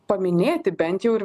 paminėti bent jau ir